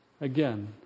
Again